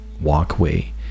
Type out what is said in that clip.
walkway